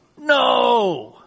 no